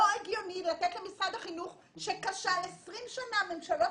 לא הגיוני לתת למשרד החינוך שכשל, 20 שנה הממשלות